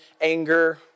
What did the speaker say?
anger